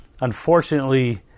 Unfortunately